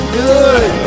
good